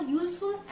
useful